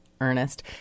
Ernest